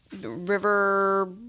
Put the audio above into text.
river